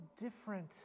different